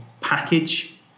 package